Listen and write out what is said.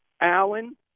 Allen